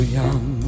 young